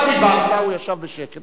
אתה דיברת, הוא ישב בשקט.